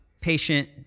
patient